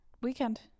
weekend